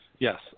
Yes